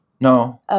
no